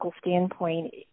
standpoint